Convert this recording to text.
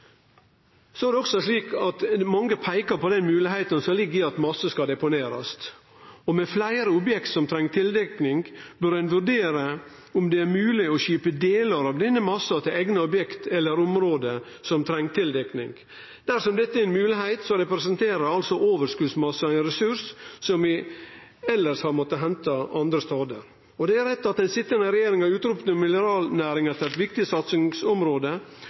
Mange peikar på den moglegheita som ligg i at masse skal deponerast. Med fleire objekt som treng tildekking, bør ein vurdere om det er mogleg å skipe delar av denne massen til eigna objekt eller område som treng tildekking. Dersom dette er mogleg, representerer overskotsmassen ein ressurs som vi elles hadde måtte hente andre stader. Det er rett at den sitjande regjeringa utropte mineralnæringa til eit viktig satsingsområde,